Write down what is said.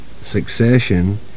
succession